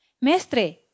Mestre